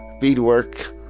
beadwork